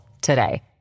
today